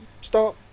start